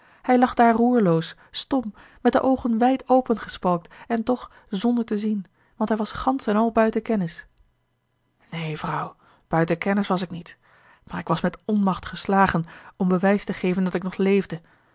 hij lag daar roerloos stom met de oogen wijd opengespalkt en toch zonder te zien want hij was gansch en al buiten kennis a l g bosboom-toussaint de delftsche wonderdokter eel een vrouw buiten kennis was ik niet maar ik was met onmacht geslagen om bewijs te geven dat ik nog leefde